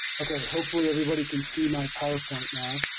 okay hopefully everybody can see my power point now.